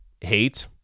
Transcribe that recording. hate